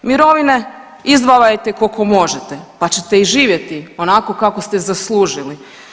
Mirovine izdvajajte koliko možete, pa ćete i živjeti onako kako ste zaslužili.